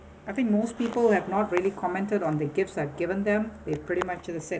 I think most people have not really commented on the gifts I've given them they pretty much just to say